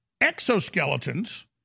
Exoskeletons